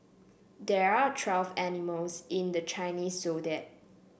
there are twelve animals in the Chinese Zodiac